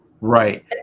Right